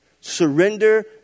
Surrender